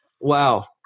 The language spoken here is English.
wow